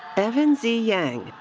evan z. yang,